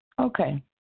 Okay